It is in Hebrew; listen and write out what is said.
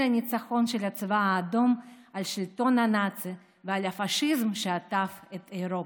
לניצחון של הצבא האדום על שלטון הנאצים ועל הפשיזם שעטף את אירופה.